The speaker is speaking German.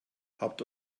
habt